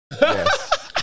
Yes